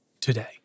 today